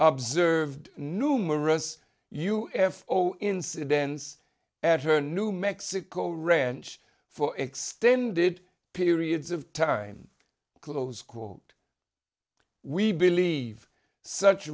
observed numerous u f o incidents at her new mexico ranch for extended periods of time close quote we believe such